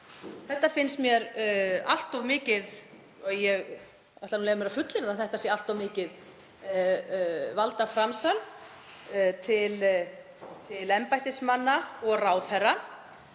Þetta finnst mér allt of mikið og ég ætla að leyfa mér að fullyrða að þetta sé allt of mikið valdframsal til embættismanna og ráðherra.